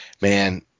man